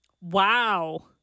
Wow